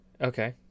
okay